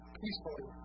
peacefully